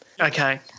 Okay